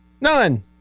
None